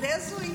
זה די הזוי.